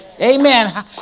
Amen